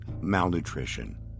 malnutrition